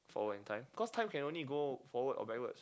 forward in time because time can only go forwards or backwards